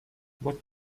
what